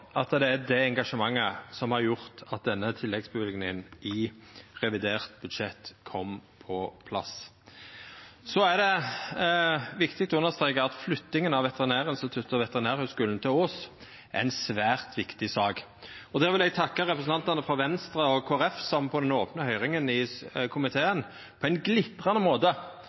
at det er det engasjementet som har gjort at denne tilleggsløyvinga i revidert budsjett kom på plass. Det er viktig å understreka at flyttinga av Veterinærinstituttet og Veterinærhøgskolen til Ås er ei svært viktig sak. Då vil eg takka representantane frå Venstre og Kristeleg Folkeparti, som på den opne høyringa i komiteen på ein glitrande måte